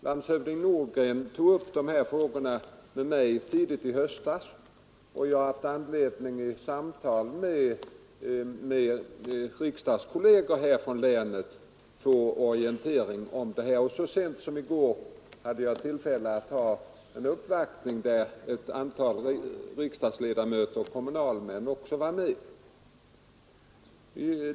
Landshövding Nordgren tog tidigt i höstas upp dessa frågor med mig, och jag har vid samtal med riksdagskolleger från länet fått en orientering om läget. Så sent som i går gjordes hos mig en uppvaktning av ett antal riksdagsledamöter och kommunalmän från länet.